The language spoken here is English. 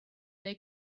they